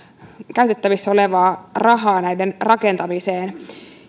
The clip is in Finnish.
käytettävissä olevaa rahaa näiden rakentamiseen